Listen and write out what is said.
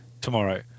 tomorrow